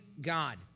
God